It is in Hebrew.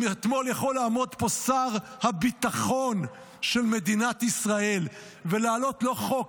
אם אתמול יכול היה לעמוד פה שר הביטחון של מדינת ישראל ולהעלות לא חוק,